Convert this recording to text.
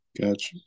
Gotcha